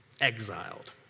Exiled